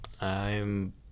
I'm-